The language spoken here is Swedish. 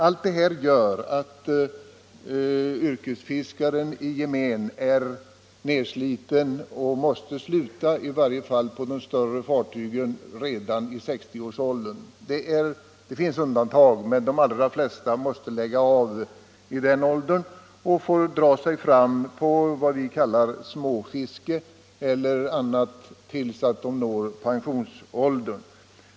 Allt detta gör att yrkesfiskaren i gemen är nedsliten och måste sluta redan vid 60 års ålder — i varje fall på de större fartygen. Det finns undantag, men de flesta måste lägga av vid den åldern och får sedan dra sig fram på vad de kallar för småfiske eller dylikt till dess de uppnår pensionsåldern.